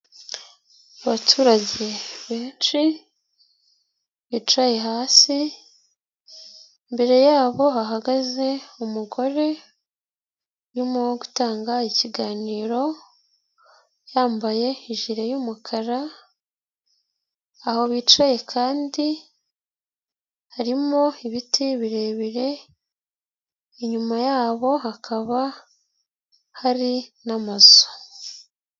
Abaturage benshi bicaye hasi mbere, imbere yabo hahagaze umugore urimo gtanga ikiganiro, yambaye ijire y'umukara, aho bicaye kandi harimo ibiti birebire, inyuma yabo hakaba hari n'amazu.